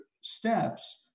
steps